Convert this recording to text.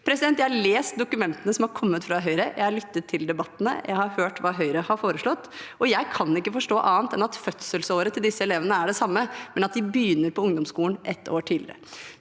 Jeg har lest dokumentene som har kommet fra Høyre, jeg har lyttet til debattene, jeg har hørt hva Høyre har foreslått, og jeg kan ikke forstå annet enn at fødselsåret til disse elevene er det samme, men at de begynner på ungdomsskolen ett år tidligere.